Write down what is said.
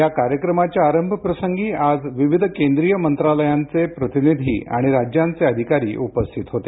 या कार्यक्रमाच्या आरंभ प्रसंगी आज विविध केंद्रीय मंत्रालयांचे प्रतिनिधी आणि राज्यांचे अधिकारी उपस्थित होते